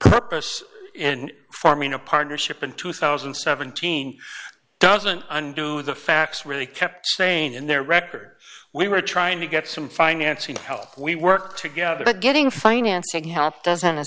purpose in forming a partnership in two thousand and seventeen doesn't undo the facts really kept saying in their record we were trying to get some financing to help we work together but getting financing help do